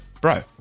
Bro